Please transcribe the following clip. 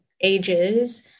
ages